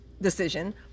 decision